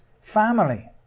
family